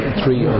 three